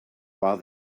while